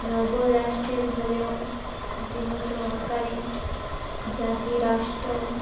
নগর রাষ্ট্রের হলেও বৃহত আকারে জাতিরাষ্ট্র